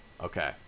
Okay